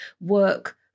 work